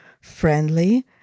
friendly